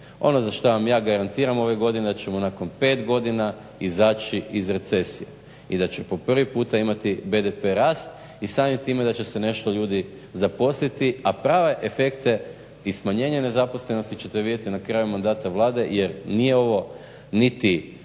Ono za što vam ja garantiram ove godine da ćemo nakon pet godina izaći iz recesije. I da će po prvi puta imati BDP rast i samim time da će se nešto ljudi zaposliti, a prave efekte i smanjenja nezaposlenosti ćete vidjeti na kraju mandata Vlade jer nije ovo niti